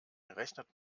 rechnet